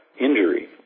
injury